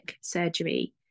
surgery